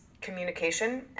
communication